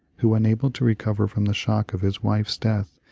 who, unable to recover from the shock of his wife's death,